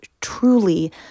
truly